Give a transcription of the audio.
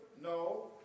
No